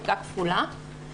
בדיקה כפולה.